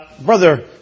Brother